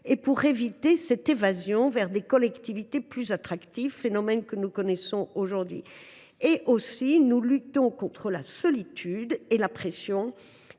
afin d’éviter l’évasion vers des collectivités plus attractives, phénomène que nous connaissons aujourd’hui. Nous luttons aussi contre la solitude et la pression